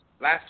last